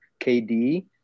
KD